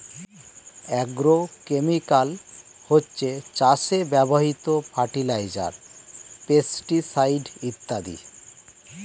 agrochemical হচ্ছে চাষে ব্যবহৃত ফার্টিলাইজার, পেস্টিসাইড ইত্যাদি